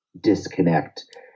disconnect